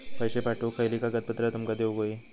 पैशे पाठवुक खयली कागदपत्रा तुमका देऊक व्हयी?